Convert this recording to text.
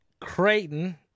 Creighton